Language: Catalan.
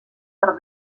per